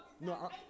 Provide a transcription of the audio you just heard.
No